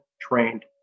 trained